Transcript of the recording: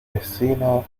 vecino